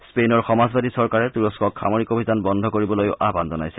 স্পেইনৰ সমাজবাদী চৰকাৰে তুৰস্কক সামৰিক অভিযান বন্ধ কৰিবলৈও আহবান জনাইছে